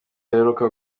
aheruka